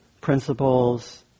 principles